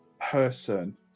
person